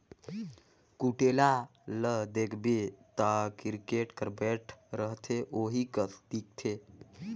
कुटेला ल देखबे ता किरकेट कर बैट रहथे ओही कस दिखथे